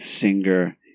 singer